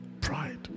Pride